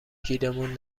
گیرمون